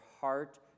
heart